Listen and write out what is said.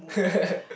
movie